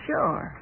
Sure